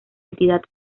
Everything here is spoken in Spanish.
entidad